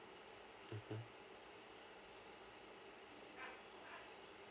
mm